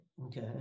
okay